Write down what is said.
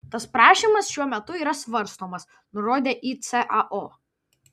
tas prašymas šiuo metu yra svarstomas nurodė icao